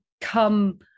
come